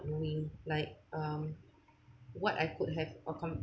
knowing like um what I could have accom~